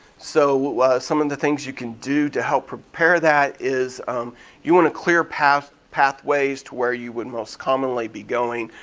so some of the things you can do to help prepare that is you wanna clear pathways pathways to where you would most commonly be going,